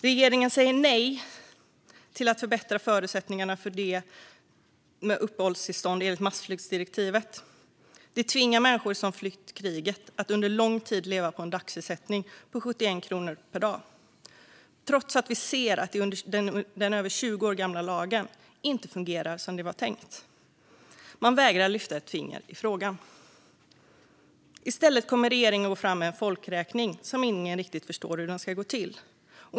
Regeringen säger nej till att förbättra förutsättningarna för dem med uppehållstillstånd enligt massflyktsdirektivet och tvingar människor som flytt kriget att under lång tid leva på en ersättning på 71 kronor per dag. Trots att vi ser att den över 20 år gamla lagen inte fungerar som det var tänkt vägrar regeringen lyfta ett finger i frågan. I stället kommer regeringen att gå fram med en folkräkning som ingen riktigt förstår hur den ska gå till.